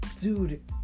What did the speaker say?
dude